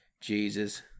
Jesus